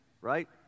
right